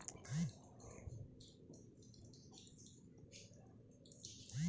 savings ব্যাংকে টাকা খ্যাট্যাইলে সুদ সমেত টাকা আইসে